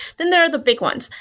then there are the big ones.